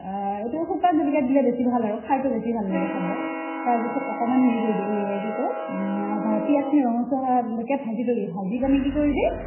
এইটো শুকান জলকীয়া দিলে বেছি ভাল আৰু খাৰটো বেছি ভাল লাগে খাব তাৰপিছত অকণমান হেৰি কৰিবি এ কি কয় পিঁয়াজখিনি ৰঙচুৱা হোৱালৈকে ভাজি ভাজি পানে কি কৰিবি